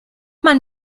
man